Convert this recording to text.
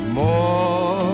more